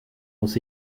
muss